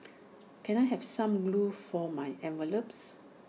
can I have some glue for my envelopes